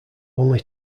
only